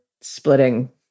splitting